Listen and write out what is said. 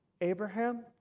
Abraham